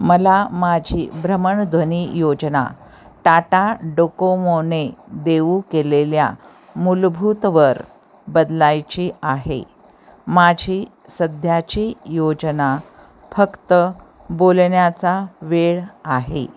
मला माझी भ्रमणध्वनी योजना टाटा डोकोमोने देऊ केलेल्या मूलभूतवर बदलायची आहे माझी सध्याची योजना फक्त बोलण्याचा वेळ आहे